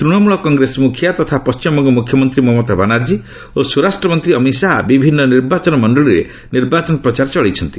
ତୃଣମୂଳ କଂଗ୍ରେସ ମୁଖିଆ ତଥା ପଶ୍ଚିମବଙ୍ଗ ମୁଖ୍ୟମନ୍ତ୍ରୀ ମମତା ବାନାର୍କୀ ଓ ସ୍ୱରାଷ୍ଟ୍ରମନ୍ତ୍ରୀ ଅମିତ ଶାହା ବିଭିନ୍ନ ନିର୍ବାଚନ ମଣ୍ଡଳୀରେ ନିର୍ବାଚନ ପ୍ରଚାର ଚଳାଇଛନ୍ତି